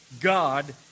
God